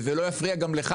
וזה לא הפריע גם לך,